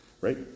Right